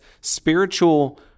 spiritual